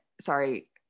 sorry